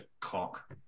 cock